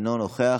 אינו נוכח,